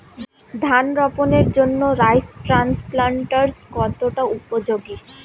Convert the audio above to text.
ধান রোপণের জন্য রাইস ট্রান্সপ্লান্টারস্ কতটা উপযোগী?